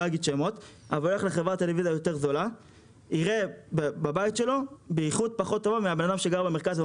אגיד שמות יראה בבית שלו באיכות פחות טובה מאדם שגר במרכז.